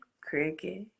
Cricket